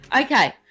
Okay